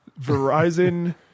Verizon